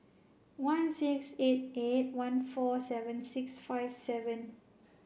one six eight eight one four seven six five seven